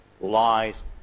lies